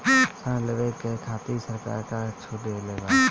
ऋण लेवे कहवा खातिर सरकार का का छूट देले बा?